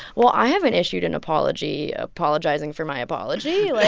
well, i haven't issued an apology apologizing for my apology. like.